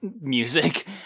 Music